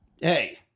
hey